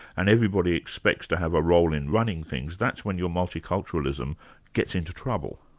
and everybody expects to have a role in running things, that's when your multiculturalism gets into trouble.